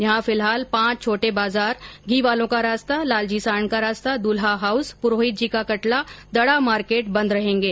यहां फिलहाल पांच छोटे बाजार घी बालों का रास्ता लालजी सांड का रास्ता दुल्हा हाउस पुरोहितजी का कटला दड़ा मार्केट बंद रहेगें